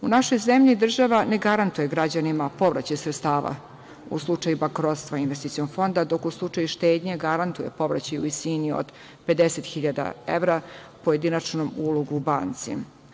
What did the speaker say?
U našoj zemlji država ne garantuje građanima povraćaj sredstava u slučaju bankrotstva investicionog fonda, dok u slučaju štednje garantuje povraćaj u visini od 50.000 evra pojedinačnom u ulogu u banci.